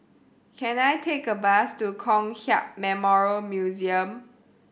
can I take a bus to Kong Hiap Memorial Museum